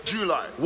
July